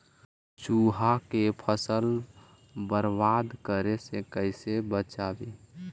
चुहा के फसल बर्बाद करे से कैसे बचाबी?